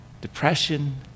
depression